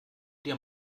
dir